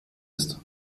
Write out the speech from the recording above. ist